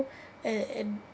and and